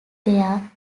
there